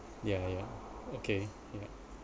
ya ya okay ya